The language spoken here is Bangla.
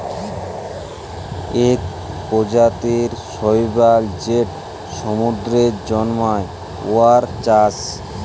ইক পরজাতির শৈবাল যেট সমুদ্দুরে জল্মায়, উয়ার চাষ